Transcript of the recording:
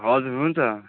हजुर हुन्छ